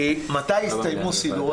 מתי יסתיימו הסדרי